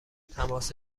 تماس